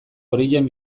horien